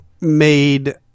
made